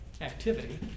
activity